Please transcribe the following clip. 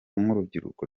nk’urubyiruko